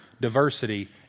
diversity